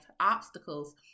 obstacles